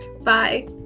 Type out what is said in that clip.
Bye